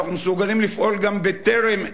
אנחנו מסוגלים לפעול גם בטרם,